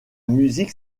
musique